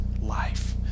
life